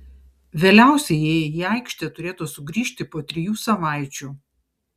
vėliausiai jie į aikštę turėtų sugrįžti po trijų savaičių